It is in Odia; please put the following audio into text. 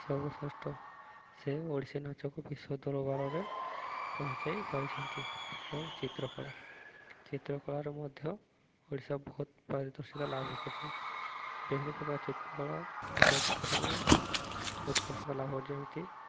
ସର୍ବଶ୍ରେଷ୍ଠ ସେ ଓଡ଼ିଶୀ ନାଚକୁ ବିଶ୍ୱ ଦରବାରରେ ପହଞ୍ଚାଇ ପାରିଛନ୍ତି ଏବଂ ଚିତ୍ରକଳା ଚିତ୍ରକଳାରେ ମଧ୍ୟ ଓଡ଼ିଶା ବହୁତ ପାରିଦର୍ଶିତା ଲାଭ କରିଛି ବିଭିନ୍ନ ପ୍ରକାର ଚିତ୍ରକଳା ଇତ୍ୟାଦିରେ ଉତ୍କର୍ଷିତ ଲାଭ କରିଛି ଯେମିତି